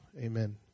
Amen